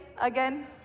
again